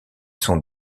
sont